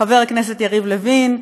חבר הכנסת יריב לוין,